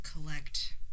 collect